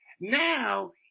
now